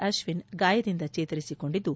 ಅಶ್ಸಿನ್ ಗಾಯದಿಂದ ಚೇತರಿಸಿಕೊಂಡಿದ್ದು